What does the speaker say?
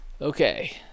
Okay